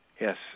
Yes